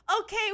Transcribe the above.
okay